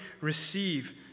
receive